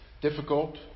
difficult